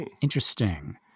Interesting